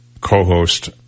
co-host